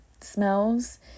smells